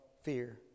fear